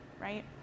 right